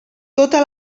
tota